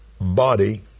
body